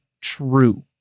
true